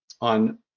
on